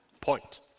point